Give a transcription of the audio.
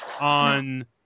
on